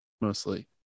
mostly